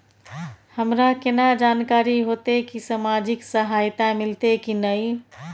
हमरा केना जानकारी होते की सामाजिक सहायता मिलते की नय?